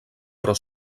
però